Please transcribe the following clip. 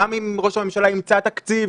גם אם ראש הממשלה ימצא תקציב